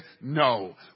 no